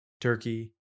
turkey